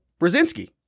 brzezinski